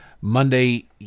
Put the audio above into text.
Monday